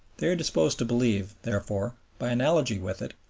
they are disposed to believe, therefore, by analogy with it,